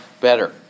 better